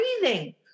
breathing